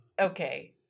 okay